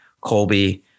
Colby